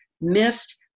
missed